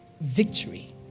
victory